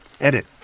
Edit